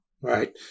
right